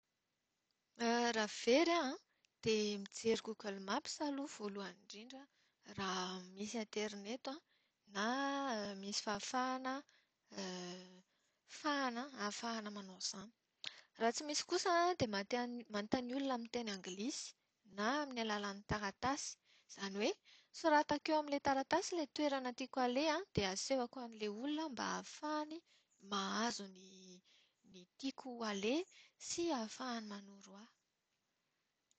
Raha very aho an, dia mijery Google Maps aloha voalohany indrindra raha misy aterineto na misy fahafahana fahana ahafahana manao izany. Raha tsy misy kosa dia mantan- manontany olona amin'ny teny anglisy, na amin'ny alalan'ny taratasy. Izany hoe soratako eo amin'ilay taratasy ilay toerana tiako aleha dia asehoko olona mba ahafahany mahazo ny ny tiako aleha sy ahafahany manoro ahy.